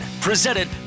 presented